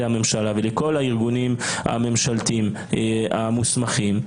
הממשלה ולכל הארגונים הממשלתיים המוסמכים.